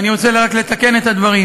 ואני רק רוצה לתקן את הדברים.